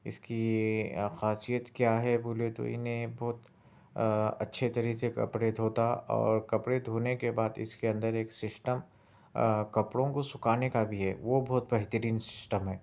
اس کی یہ خاصیت کیا ہے بولے تو انہیں بہت اچھے طرح سے کپڑے دھوتا اور کپڑے دھونے کے بعد اس کے اندر ایک سسٹم کپڑوں کو سکھانے کا بھی ہے وہ بہت بہترین سسٹم ہے